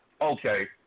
Okay